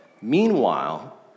Meanwhile